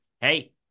hey